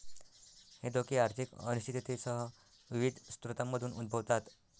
हे धोके आर्थिक अनिश्चिततेसह विविध स्रोतांमधून उद्भवतात